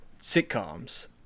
sitcoms